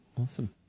awesome